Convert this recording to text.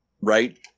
Right